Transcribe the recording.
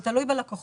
זה תלוי בלקוחות.